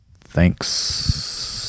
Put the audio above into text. thanks